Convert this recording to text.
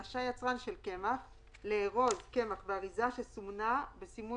רשאי יצרן של קמח לארוז קמח באריזה שסומנה בסימון